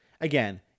Again